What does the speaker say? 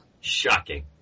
Shocking